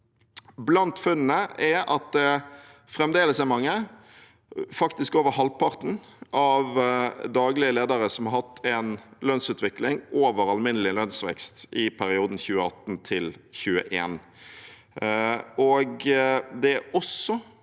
Blant funnene er at det fremdeles er mange daglige ledere, faktisk over halvparten, som har hatt en lønnsutvikling over alminnelig lønnsvekst i perioden 2018–2021. Det er også